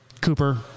Cooper